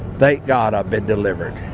thank god i've been delivered.